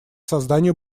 созданию